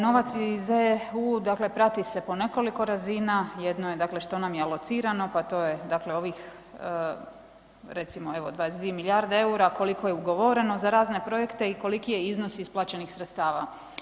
Novac iz EU dakle prati se po nekoliko razina, jedno je dakle što nam je locirano pa to je dakle ovih recimo evo 22 milijarde EUR-a koliko je ugovoreno za razne projekte i koliki je iznos isplaćenih sredstava.